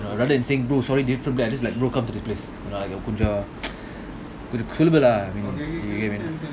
rather than saying bro sorry different be I just be like bro come to this place you get what I mean